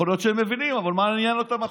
יכול להיות שהם מבינים, אבל מה עניין אותם החוק?